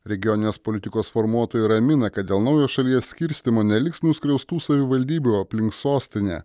regioninės politikos formuotojai ramina kad dėl naujo šalies skirstymo neliks nuskriaustų savivaldybių aplink sostinę